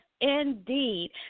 indeed